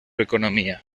economía